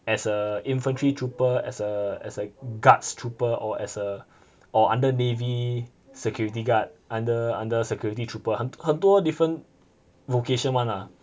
as a infantry trooper as a as a guards trooper or as a or under navy security guard under under security trooper 很很多 different vocation [one] lah